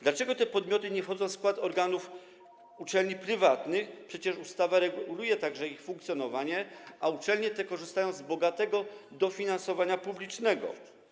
Dlaczego te podmioty nie wchodzą w skład organów uczelni prywatnych, przecież ustawa reguluje także ich funkcjonowanie, a uczelnie te korzystają z bogatego dofinansowania publicznego?